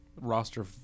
roster